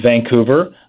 Vancouver